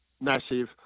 massive